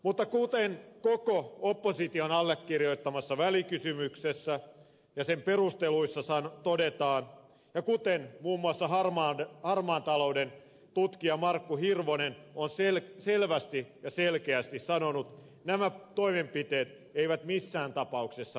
mutta kuten koko opposition allekirjoittamassa välikysymyksessä ja sen perusteluissa todetaan ja kuten muun muassa harmaan talouden tutkija markku hirvonen on selvästi ja selkeästi sanonut nämä toimenpiteet eivät missään tapauksessa riitä